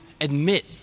admit